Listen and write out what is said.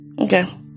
okay